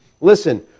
Listen